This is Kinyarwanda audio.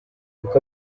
kuko